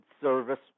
service